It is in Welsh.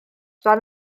ran